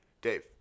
Dave